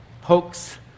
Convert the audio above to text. hoax